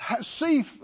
see